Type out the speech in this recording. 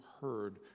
heard